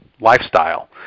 lifestyle